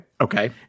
Okay